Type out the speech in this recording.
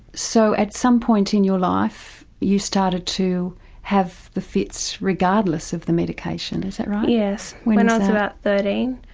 so at some point in your life you started to have the fits fits regardless of the medication, is that right? yes, when and i was about thirteen,